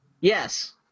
Yes